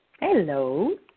Hello